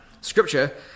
Scripture